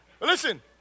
Listen